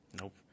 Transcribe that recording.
Nope